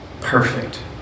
Perfect